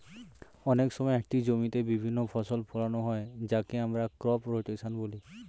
অনেক সময় একটি জমিতে বিভিন্ন ফসল ফোলানো হয় যাকে আমরা ক্রপ রোটেশন বলি